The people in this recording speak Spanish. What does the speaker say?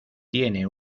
tiene